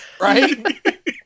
right